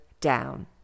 down